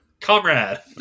Comrade